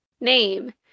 name